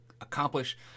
accomplish